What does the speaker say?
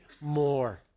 more